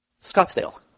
Scottsdale